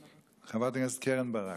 חברת הכנסת קרן ברק,